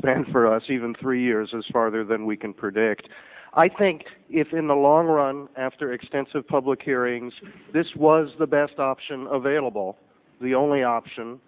span for us even three years is farther than we can predict i think if in the long run after extensive public hearings this was the best option available the only option